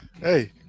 hey